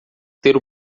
ter